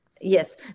Yes